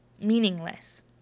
meaningless